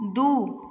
दू